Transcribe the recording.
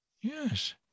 Yes